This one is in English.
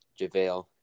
JaVale